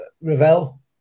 Ravel